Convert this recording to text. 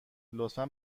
لطفا